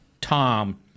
Tom